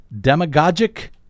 demagogic